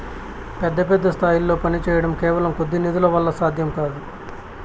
పెద్ద పెద్ద స్థాయిల్లో పనిచేయడం కేవలం కొద్ది నిధుల వల్ల సాధ్యం కాదు